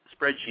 spreadsheet